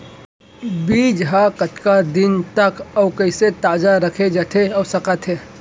बीज ह कतका दिन तक अऊ कइसे ताजा रखे जाथे सकत हे?